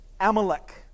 Amalek